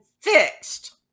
fixed